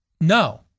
No